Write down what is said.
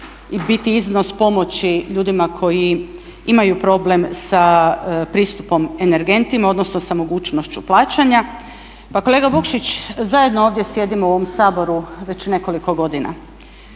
biti iznos pomoći ljudima koji imaju problem sa pristupom energentima odnosno sa mogućnošću plaćanja. Pa kolega Vukšić, zajedno ovdje sjedimo u ovom Saboru već nekoliko godina,